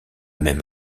même